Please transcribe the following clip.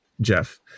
jeff